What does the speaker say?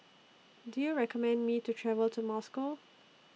Do YOU recommend Me to travel to Moscow